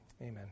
amen